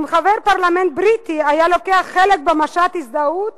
אם חבר פרלמנט בריטי היה לוקח חלק במשט הזדהות